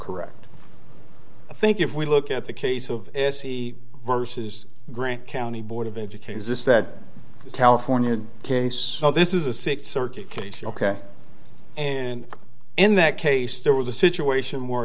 correct i think if we look at the case of se versus grant county board of education says that california case this is a six circuit case ok and in that case there was a situation where